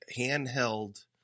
handheld